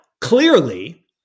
clearly